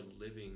living